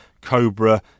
cobra